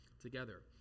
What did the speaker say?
together